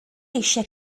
eisiau